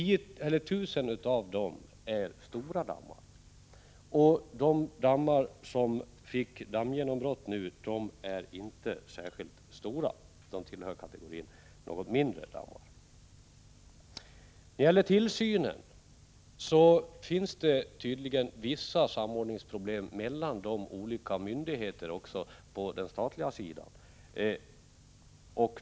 1 000 av dem är stora dammar. De dammar som fick dammgenombrott nyligen är inte särskilt stora utan tillhör kategorin något mindre dammar. När det gäller tillsynen finns det tydligen vissa samordningsproblem mellan de olika myndigheterna också på den statliga sidan.